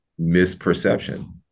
misperception